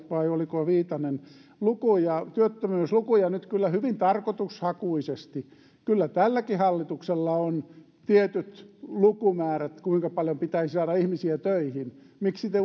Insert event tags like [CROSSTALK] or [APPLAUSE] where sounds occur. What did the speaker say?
vai oliko viitanen työttömyyslukuja nyt kyllä hyvin tarkoitushakuisesti kyllä tälläkin hallituksella on tietyt lukumäärät kuinka paljon pitäisi saada ihmisiä töihin miksi te [UNINTELLIGIBLE]